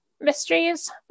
mysteries